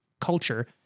culture